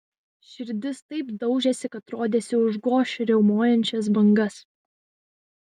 širdis taip daužėsi kad rodėsi užgoš riaumojančias bangas